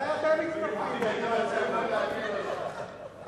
מתי אתם מצטרפים לתנועה הציונית?